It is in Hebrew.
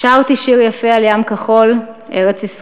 שרתי שיר יפה על ים כחול/ ארץ-ישראל//